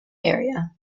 area